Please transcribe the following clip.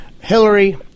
Hillary